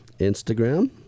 Instagram